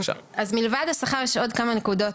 מלבד השכר יש עוד כמה נקודות.